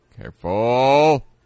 Careful